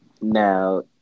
Now